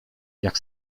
jak